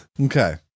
Okay